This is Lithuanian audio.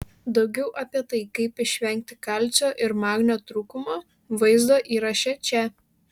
daugiau apie tai kaip išvengti kalcio ir magnio trūkumo vaizdo įraše čia